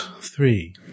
three